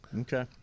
Okay